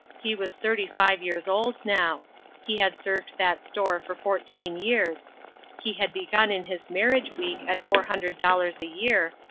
he was thirty-five years old, now he had served that store for fourteen years he had begun in his marriage-week at four hundred dollars a year,